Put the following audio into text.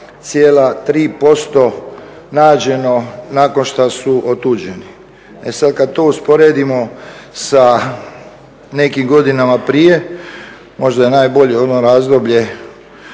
62,3% nađeno nakon što su otuđeni. E sada kada to usporedimo sa nekim godinama prije možda je najbolje ono razdoblje